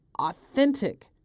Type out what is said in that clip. authentic